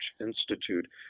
Institute